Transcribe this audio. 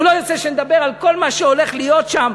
הוא לא ירצה שנדבר על כל מה שהולך להיות שם.